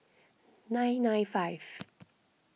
nine nine five